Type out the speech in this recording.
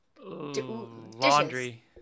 Laundry